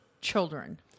children